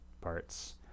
parts